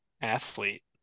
athlete